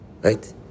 right